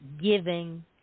giving